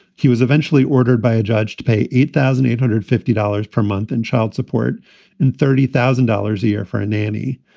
he was eventually ordered by a judge to pay eight thousand eight hundred fifty dollars per month in child support and thirty thousand dollars a year for a nanny.